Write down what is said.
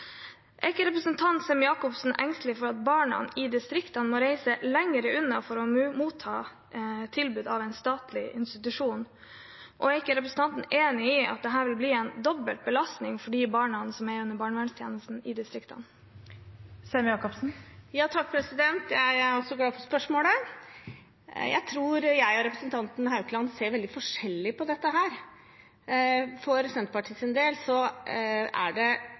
Er ikke representanten Sem-Jacobsen engstelig for at barna i distriktene må reise lenger unna for å motta tilbud av den statlige institusjonen? Og er ikke representanten enig i at dette vil bli en dobbelt belastning for de barna som er under barnevernstjenesten i distriktene? Jeg er glad for spørsmålet. Jeg tror jeg og representanten Haukland ser veldig forskjellig på dette. For Senterpartiets del